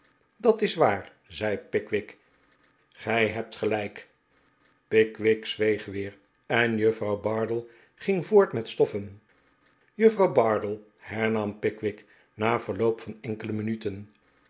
dat is waar zei pickwick gij hebt gelijk pickwick zweeg weer en juffrouw bardell ging voort met stoffen juffrouw bardell hernam pickwick na verloop van enkele minuten